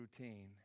routine